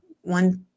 one